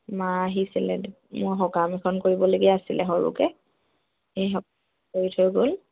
মা আহিছিলে মোৰ সকাম এখন কৰিবলগীয়া আছিলে সৰুকে এই কৰি থৈ গ'ল